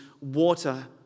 water